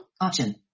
Option